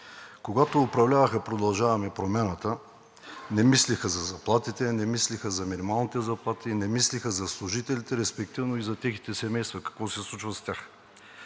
Когато управляваха „Продължаваме Промяната“, не мислеха за заплатите, не мислеха за минималните заплати и не мислеха за служителите, респективно и за техните семейства – какво се случва с тях.